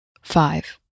five